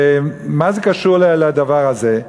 ומה זה קשור לדבר הזה?